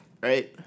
right